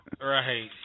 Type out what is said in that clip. Right